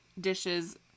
dishes